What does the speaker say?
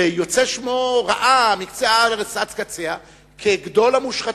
ויוצא שמו רעה מקצה הארץ עד קצה כגדול המושחתים.